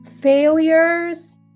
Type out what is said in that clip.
failures